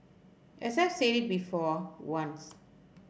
I said said it before once